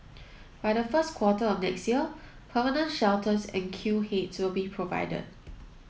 by the first quarter of next year permanent shelters and queue heads will be provided